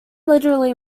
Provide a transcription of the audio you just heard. literally